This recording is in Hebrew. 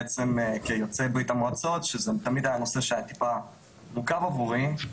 בעצם כיוצא ברית המועצות שזה בעצם היה נושא שטיפה מורכב עבורי,